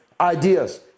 ideas